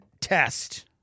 test